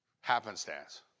happenstance